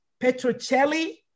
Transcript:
Petrocelli